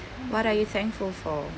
what are you thankful for